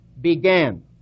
began